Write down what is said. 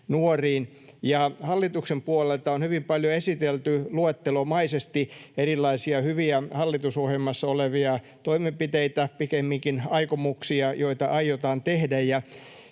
Hallituksen puolelta on hyvin paljon esitelty luettelomaisesti erilaisia hyviä hallitusohjelmassa olevia toimenpiteitä, pikemminkin aikomuksia, joita aiotaan tehdä.